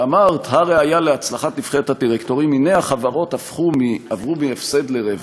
ואמרת שהראיה להצלחת נבחרת הדירקטורים: החברות עברו מהפסד לרווח.